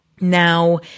now